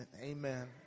Amen